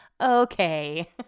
Okay